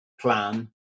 plan